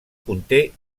conté